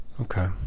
Okay